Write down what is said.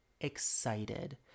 excited